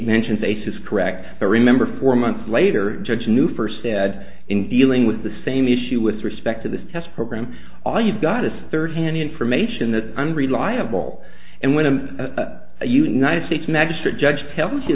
mentions ace's correct but remember four months later judge knew first said in dealing with the same issue with respect to this test program all you've got a third hand information that unreliable and when the united states magistrate judge tells you